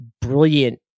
brilliant